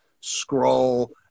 scroll